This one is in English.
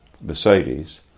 Mercedes